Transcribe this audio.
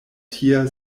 tia